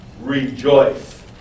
rejoice